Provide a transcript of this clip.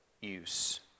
use